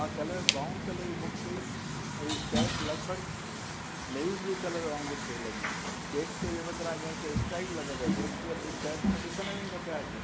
मां colour brown colour जी book कई ऐं हीअ शर्ट लॻभॻि नेवी ब्लू कलर वांगुर पिए लॻी चेक्स जे बदिरां ॼणु त स्ट्राइप लॻा पिया चेक्स त ॾि शर्ट में ॾिसण में ई न पिया अचनि